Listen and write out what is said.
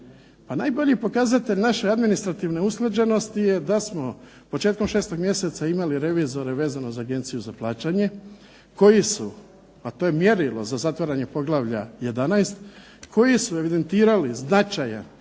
najbolji pokazatelj naše administrativne usklađenosti je da smo početkom 6. mjeseca imali revizore vezano za Agenciju za plaćanje, koji su, a to je mjerilo za zatvaranje poglavlja 11., koji su evidentirali značajan